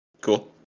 Cool